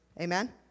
Amen